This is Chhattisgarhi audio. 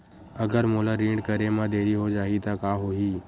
अगर मोला ऋण करे म देरी हो जाहि त का होही?